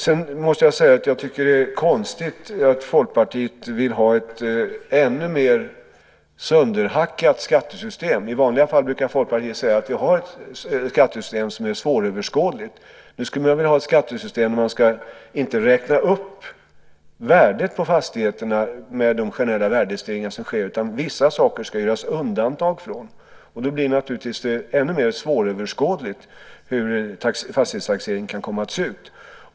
Sedan måste jag säga att jag tycker att det är konstigt att Folkpartiet vill ha ett ännu mer sönderhackat skattesystem. I vanliga fall brukar Folkpartiet säga att vi har ett skattesystem som är svåröverskådligt. Nu skulle man vilja ha ett skattesystem där man inte ska räkna upp värdet på fastigheterna med de generella värdestegringar som sker, utan vissa saker ska det göras undantag för. Då blir det naturligtvis ännu mer svåröverskådligt hur fastighetstaxeringen kan komma att se ut.